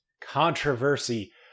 controversy